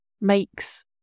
makes